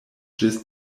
ĝis